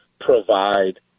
provide